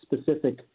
specific